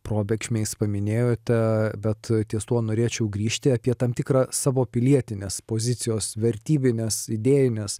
probėgšmiais paminėjote bet ties tuo norėčiau grįžti apie tam tikrą savo pilietinės pozicijos vertybinės idėjinės